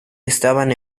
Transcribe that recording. estaban